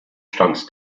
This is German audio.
stand